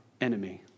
enemy